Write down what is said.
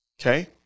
Okay